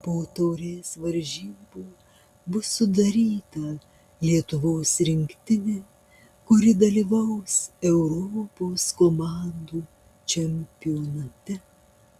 po taurės varžybų bus sudaryta lietuvos rinktinė kuri dalyvaus europos komandų čempionate